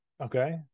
Okay